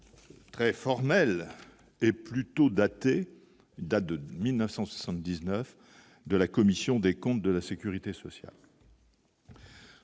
très formel et plutôt dater date de 1979 de la commission des comptes de la Sécurité sociale.